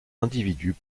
individus